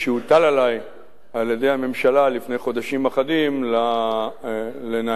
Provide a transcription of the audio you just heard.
שהוטל עלי על-ידי הממשלה לפני חודשים אחדים: לנהל,